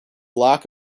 lack